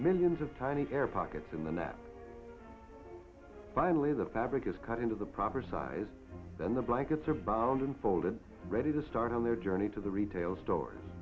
millions of tiny air pockets in the net finally the fabric is cut into the proper size and the blankets are bound and folded ready to start on their journey to the retail stores